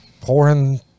pouring